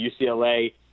UCLA